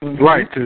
Right